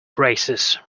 braces